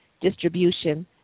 distribution